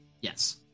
yes